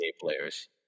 players